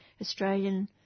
Australian